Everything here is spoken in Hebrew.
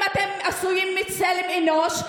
אם אתם עשויים מצלם אנוש.